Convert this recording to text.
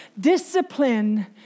discipline